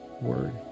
word